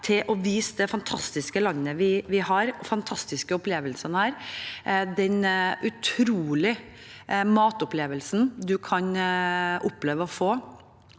til å vise det fantastiske landet vi har og de fantastiske opplevelsene her, bl.a. de utrolige matopplevelsene man kan oppleve å få,